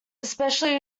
especially